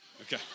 Okay